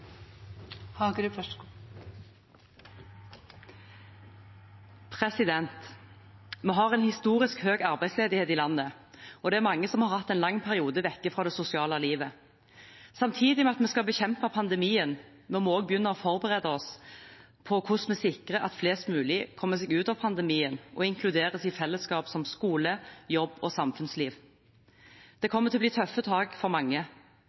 mange som har hatt en lang periode borte fra det sosiale livet. Samtidig med at vi skal bekjempe pandemien, må vi også begynne å forberede oss på hvordan vi sikrer at flest mulig kommer seg ut av pandemien og inkluderes i fellesskap som skole, jobb og samfunnsliv. Det kommer til å bli tøffe tak for mange.